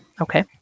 Okay